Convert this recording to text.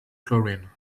chlorine